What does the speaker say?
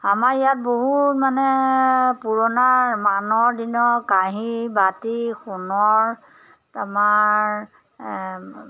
আমাৰ ইয়াত বহু মানে পুৰণা মানৰ দিনৰ কাঁহী বাতি সোণৰ আমাৰ